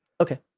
Okay